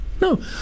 No